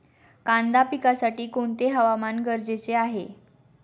कांदा पिकासाठी कोणते हवामान गरजेचे आहे?